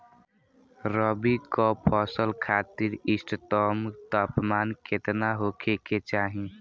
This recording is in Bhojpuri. रबी क फसल खातिर इष्टतम तापमान केतना होखे के चाही?